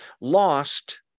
lost